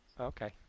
Okay